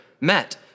met